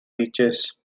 beaches